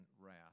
wrath